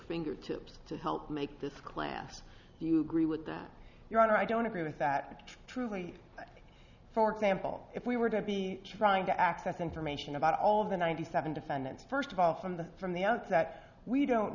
fingertips to help make this class you agree with that your honor i don't agree with that truly for example if we were to be trying to access information about all of the ninety seven defendants first of all from the from the outset we don't